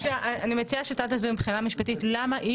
אני מציעה שאתה תסביר מבחינה משפטית למה בעצם